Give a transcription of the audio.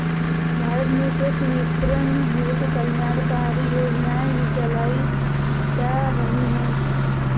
भारत में कृषि विपणन हेतु कल्याणकारी योजनाएं भी चलाई जा रही हैं